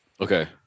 Okay